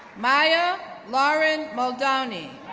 maya lauren muldowney,